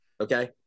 okay